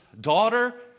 daughter